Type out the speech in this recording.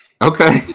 Okay